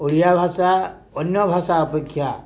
ଓଡ଼ିଆ ଭାଷା ଅନ୍ୟ ଭାଷା ଅପେକ୍ଷା